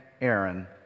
Aaron